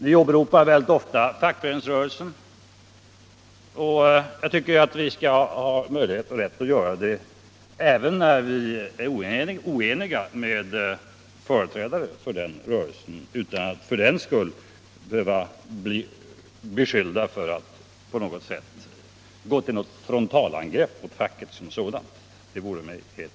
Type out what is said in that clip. Vi åberopar ju så ofta fackföreningsrörelsen, och jag tycker att vi skall ha rätt och möjligheter att göra det även när vi är oeniga med företrädare för den rörelsen, utan att vi för den skull skall behöva bli beskyllda för att gå till frontalangrepp mot facket som sådant. Det vore mig helt